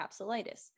capsulitis